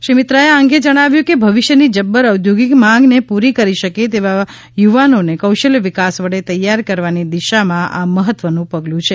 શ્રી મિત્રાએ આ અંગે જણાવ્યું છે કે ભવિષ્યની જબ્બર ઔદ્યોગિક માંગને પૂરી કરી શકે તેવા યુવાઓને કૌશલ્ય વિકાસ વડે તૈયાર કરવાની દિશામાં આ મહત્વનું પગલું છે